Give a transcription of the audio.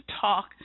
talk